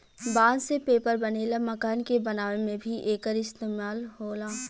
बांस से पेपर बनेला, मकान के बनावे में भी एकर इस्तेमाल होला